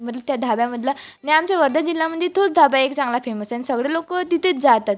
मतल त्या ढाब्यामधला नि आमच्या वर्धा जिल्ह्यामध्ये तोच ढाबा एक चांगला फेमस आहे आणि सगळे लोक तिथेच जातात